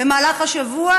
במהלך השבוע?